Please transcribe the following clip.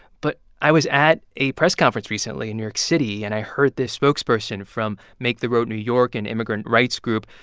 but i was at a press conference recently in new york city. and i heard this spokesperson from make the road new york, an immigrant rights group.